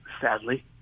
sadly